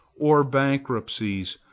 or bankruptcies,